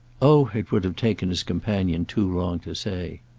oh it would have taken his companion too long to say!